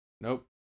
nope